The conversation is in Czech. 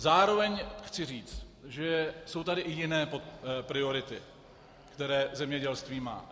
Zároveň chci říct, že jsou tady i jiné priority, které zemědělství má.